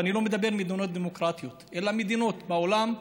ואני לא מדבר על מדינות דמוקרטיות אלא מדינות בעולם,